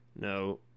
No